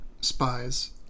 spies